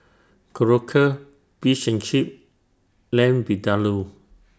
Korokke Fish and Chips Lamb Vindaloo